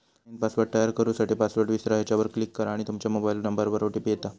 नईन पासवर्ड तयार करू साठी, पासवर्ड विसरा ह्येच्यावर क्लीक करा आणि तूमच्या मोबाइल नंबरवर ओ.टी.पी येता